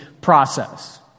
process